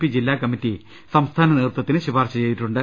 P ജില്ലാ committee സംസ്ഥാന നേതൃ ത്വത്തിന് ശുപാർശ ചെയ്തിട്ടുണ്ട്